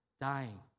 Dying